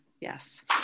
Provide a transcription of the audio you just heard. yes